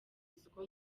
isoko